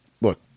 look